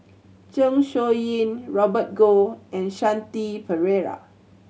Zeng Shouyin Robert Goh and Shanti Pereira